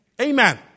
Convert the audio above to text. Amen